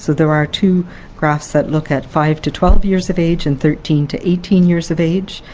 there are two graphs that look at five to twelve years of age and thirteen to eighteen years of age.